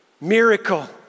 Miracle